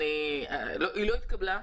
היא לא התקבלה.